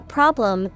problem